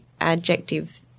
adjective